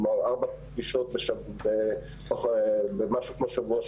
כלומר ארבע פגישות תוך שבוע-שבועיים.